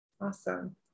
Awesome